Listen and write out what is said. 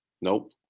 Nope